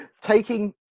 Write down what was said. taking